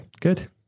Good